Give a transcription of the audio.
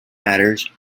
matters